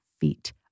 feet